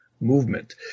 movement